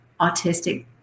autistic